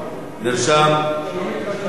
שלומית רשמה.